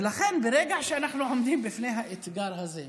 ולכן, ברגע שאנחנו עומדים בפני האתגר הזה,